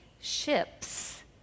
ships